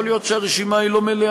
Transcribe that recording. יכול להיות שהרשימה לא מלאה,